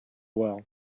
well